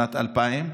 שנת 2000,